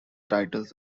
titles